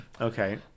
Okay